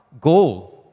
goal